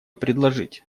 предложить